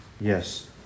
Yes